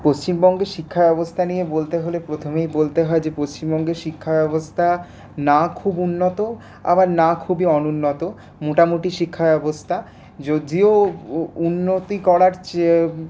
পশ্চিমবঙ্গের শিক্ষা ব্যবস্থা নিয়ে বলতে হলে প্রথমেই বলতে হয় যে পশ্চিমবঙ্গের শিক্ষা ব্যবস্থা না খুব উন্নত আবার না খুবই অনুন্নত মোটামুটি শিক্ষা ব্যবস্থা উন্নতি করার চেয়ে